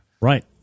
Right